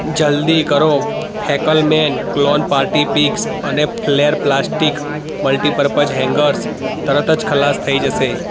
જલદી કરો ફૅકલમેન ફ્લૅર પાર્ટી પિકસ અને ફ્લૅર પ્લાસ્ટિક મલ્ટીપર્પઝ હેન્ગર્સ તરત જ ખલાસ થઇ જશે